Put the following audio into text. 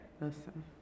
Listen